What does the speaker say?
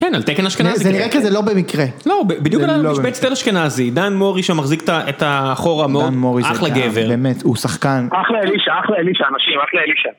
כן, על תקן אשכנזי. זה נראה כזה לא במקרה. לא, בדיוק על המשבצת של אשכנזי. דן מורי שמחזיק את החור המור. דן מורי זה כאב, באמת, הוא שחקן. אחלה אלישה, אחלה אלישה, אנשים, אחלה אלישה.